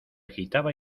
agitaba